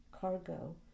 cargo